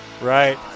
Right